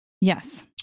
Yes